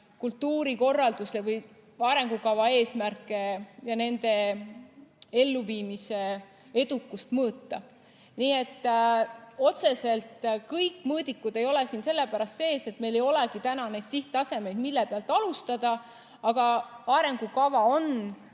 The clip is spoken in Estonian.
kultuurikorralduse või arengukava eesmärke ja nende elluviimise edukust mõõta. Nii et otseselt kõik mõõdikud ei ole siin sellepärast sees, et meil ei olegi veel neid sihttasemeid, mille pealt alustada. Aga arengukava on